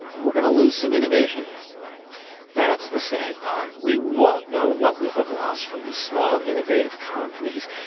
we're going to lose some innovation here that's the sad part. we won't know what we'll have lost from these small, innovative companies.